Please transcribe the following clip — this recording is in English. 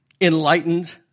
enlightened